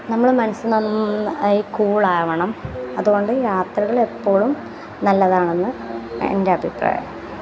നമ്മുടെ മനസ്സ് നന്നായി കൂൾ ആവണം അതുകൊണ്ട് യാത്രകൾ എപ്പോളും നല്ലതാണെന്ന് എൻ്റെ അഭിപ്രായം